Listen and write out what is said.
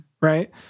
right